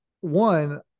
one